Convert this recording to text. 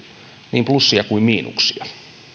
niin plussia kuin miinuksia